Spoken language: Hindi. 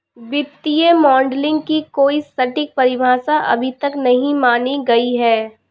वित्तीय मॉडलिंग की कोई सटीक परिभाषा अभी तक नहीं मानी गयी है